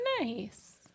nice